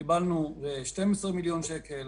קיבלנו 12 מיליון שקל,